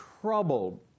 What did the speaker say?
troubled